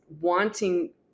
wanting